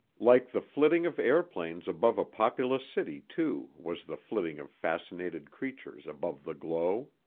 like the flitting of airplanes above a populous city, too, was the flitting of fascinated creatures above the glow.